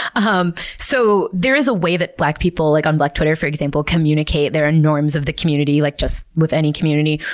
um so there is a way that black people, like on black twitter for example, communicate their norms of the community, like just like with any community,